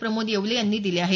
प्रमोद येवले यांनी दिले आहेत